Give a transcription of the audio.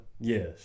Yes